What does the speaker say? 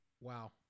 Wow